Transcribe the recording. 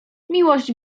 miłość